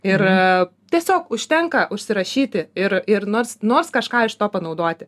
ir tiesiog užtenka užsirašyti ir ir nors nors kažką iš to panaudoti